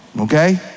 okay